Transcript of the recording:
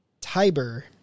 Tiber